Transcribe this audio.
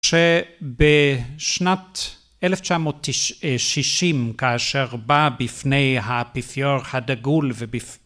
שבשנת 9960 כאשר בא בפני האפיפיור הדגול ובפ...